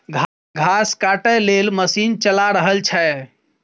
घास काटय लेल मशीन चला रहल छै